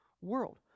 world